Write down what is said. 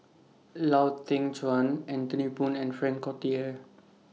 Lau Teng Chuan Anthony Poon and Frank Cloutier